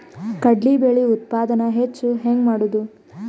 ಕಡಲಿ ಬೇಳೆ ಉತ್ಪಾದನ ಹೆಚ್ಚು ಹೆಂಗ ಮಾಡೊದು?